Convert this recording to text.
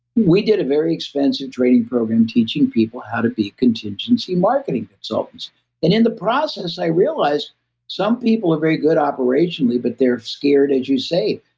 we did a very expensive training program teaching people how to be contingency marketing consultants. and in the process, i realized some people are very good operationally but they're scared as you say,